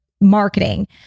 marketing